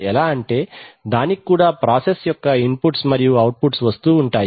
ఎలా అంటే దానికి కూడా ప్రాసెస్ యొక్క ఇన్పుట్స్ మరియు ఔట్పుట్ వస్తూ ఉంటాయి